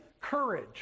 courage